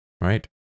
right